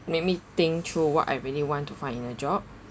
make me think through what I really want to find in a job